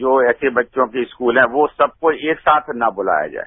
जो ऐसे बच्चों के स्कूल है वो सबको एक साथ न बुलाया जाये